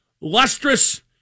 lustrous